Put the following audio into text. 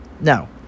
now